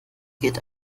geht